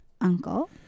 uncle